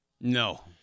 No